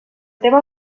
tema